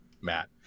matt